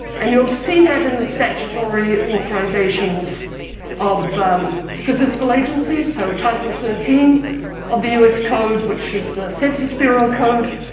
and you'll you'll see that in the statutory authorizations of um statistical agencies, so title thirteen of the u s. code, which is the census bureau code,